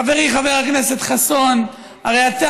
חברי חבר הכנסת חסון, הרי אתה